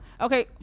Okay